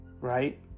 Right